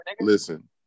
Listen